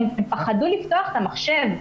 פחדו לפתוח את המחשב.